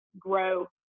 grow